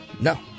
No